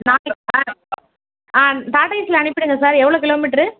ஆ டாடா ஏஸ்ஸில் அனுப்பிடுங்க சார் எவ்வளோ கிலோமீட்டர்